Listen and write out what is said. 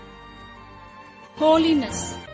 Holiness